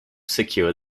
secure